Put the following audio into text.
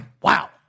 Wow